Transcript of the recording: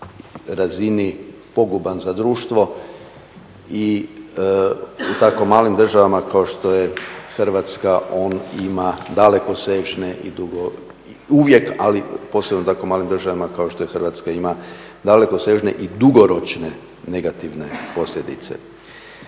razini poguban za društvo i u tako malim državama kao što je Hrvatska on ima dalekosežne uvijek, a posebno